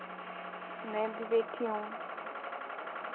मैं भी बैठी हूँ